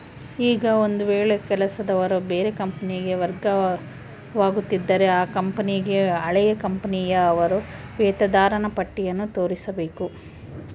ಈಗ ಒಂದು ವೇಳೆ ಕೆಲಸದವರು ಬೇರೆ ಕಂಪನಿಗೆ ವರ್ಗವಾಗುತ್ತಿದ್ದರೆ ಆ ಕಂಪನಿಗೆ ಹಳೆಯ ಕಂಪನಿಯ ಅವರ ವೇತನದಾರರ ಪಟ್ಟಿಯನ್ನು ತೋರಿಸಬೇಕು